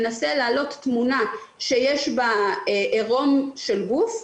להעלות תמונה שיש בה עירום של גוף,